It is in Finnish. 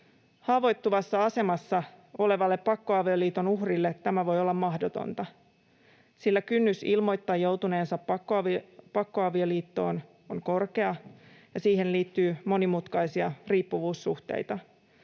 Haavoittuvassa asemassa olevalle pakkoavioliiton uhrille tämä voi olla mahdotonta, sillä kynnys ilmoittaa joutuneensa pakkoavioliittoon on korkea ja siihen liittyy monimutkaisia riippuvuussuhteita.